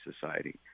Society